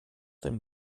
denn